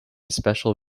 special